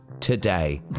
today